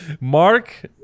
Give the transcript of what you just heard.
Mark